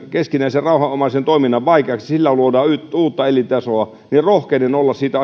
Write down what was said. keskinäinen rauhanomainen toiminta vaikeaksi luodaan uutta elintasoa niin rohkenen olla siitä